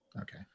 Okay